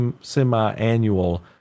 semi-annual